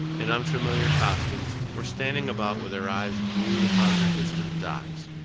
in unfamiliar costumes, were standing about with their eyes glued upon the distant docks.